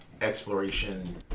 exploration